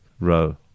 row